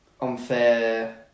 unfair